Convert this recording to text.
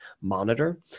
monitor